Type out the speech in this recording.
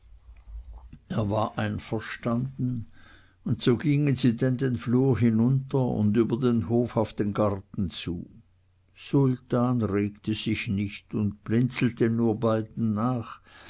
er war einverstanden und so gingen sie denn den flur hinunter und über den hof auf den garten zu sultan regte sich nicht und blinzelte nur beiden nach